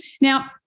Now